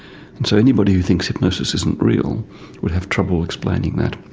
and so anybody who thinks hypnosis isn't real would have trouble explaining that.